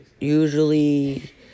Usually